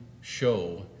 show